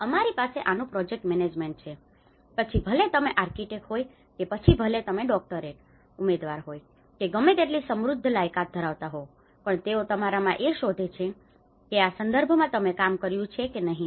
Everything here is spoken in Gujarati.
અમારી પાસે આનું પ્રોજેક્ટ મેનેજમેન્ટ છે પછી ભલે તમે આર્કિટેક્ટ હોય કે પછી ભલે તમે ડોક્ટરેટ ઉમેદવાર હો કે ગમે તેટલી સમૃદ્ધ લાયકાત ધરાવતા હો પણ તેઓ તમારામાં એ શોધે છે કે આ સંદર્ભમાં તમે કામ કર્યું છે કે નહીં